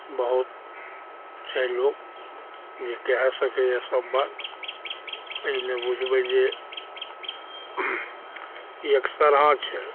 बहुत छै लोक जे कहि सकइए सब बात अइमे बुझबय जे ई अक्सरहाँ छै